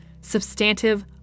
substantive